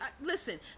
listen